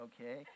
okay